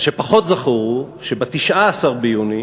מה שפחות זכור הוא שב-19 ביוני